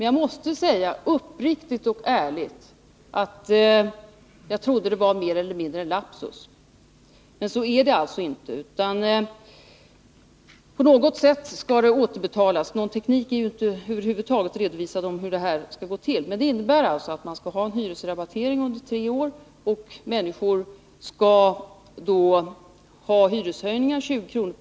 Jag måste uppriktigt och ärligt säga att jag trodde att det var mer eller mindre en lapsus, men så är det alltså inte. På något sätt skall rabatten återbetalas, någon användbar teknik för detta har över huvud taget inte redovisats. Men det innebär alltså att man skall ha hyresrabattering under tre år. Människor skall då få en hyreshöjning med 20 kr.